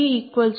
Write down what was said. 5B13B3110